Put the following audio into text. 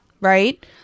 right